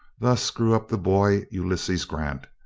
thus grew up the boy, ulysses grant.